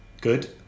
Good